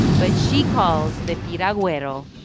but she calls the piraguero